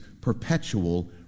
perpetual